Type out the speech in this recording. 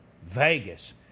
Vegas